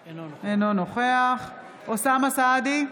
אינו נוכח אוסאמה סעדי,